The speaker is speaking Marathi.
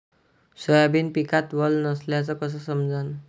सोयाबीन पिकात वल नसल्याचं कस समजन?